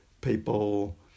people